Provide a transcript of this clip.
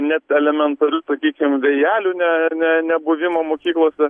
net elementarių sakykim vėjelių ne ne nebuvimą mokyklose